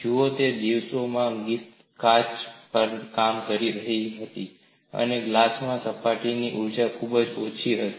જુઓ તે દિવસોમાં ગ્રિફિથ કાચ પર કામ કરી રહી હતી અને ગ્લાસમાં સપાટીની ઊર્જા ખૂબ જ ઓછી હતી